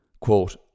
Quote